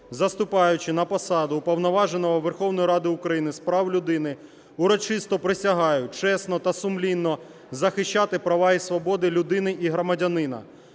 заступаючи на посаду Уповноваженого Верховної Ради України з прав людини, урочисто присягаю чесно та сумлінно захищати права і свободи людини і громадянина.